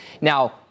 Now